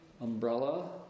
umbrella